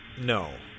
No